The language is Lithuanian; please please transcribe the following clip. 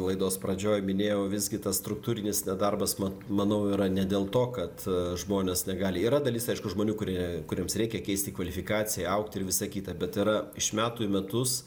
laidos pradžioj minėjau visgi tas struktūrinis nedarbas mat manau yra ne dėl to kad žmonės negali yra dalis žmonių kurie kuriems reikia keisti kvalifikaciją augti ir visa kita bet yra iš metų į metus